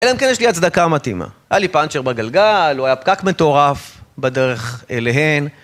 אלא אם כן יש לי הצדקה מתאימה - היה לי פנצ'ר בגלגל, או היה פקק מטורף בדרך אליהן